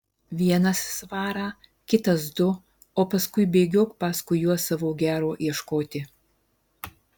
vienas svarą kitas du o paskui bėgiok paskui juos savo gero ieškoti